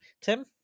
Tim